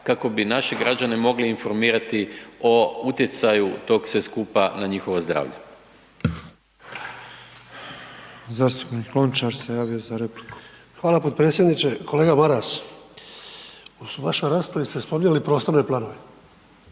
kako bi naše građane mogli informirati o utjecaju tog sve skupa na njihovo zdravlje. **Petrov, Božo (MOST)** Zastupnik Lončar se javio za repliku. **Lončar, Davor (HDZ)** Hvala potpredsjedniče. Kolega Maras, u vašoj raspravi ste spominjale prostorne planove.